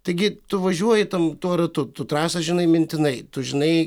taigi tu važiuoji tam tuo ratu tu trasą žinai mintinai tu žinai